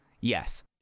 Yes